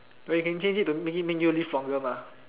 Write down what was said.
but you can change it to maybe make you live longer mah